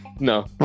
No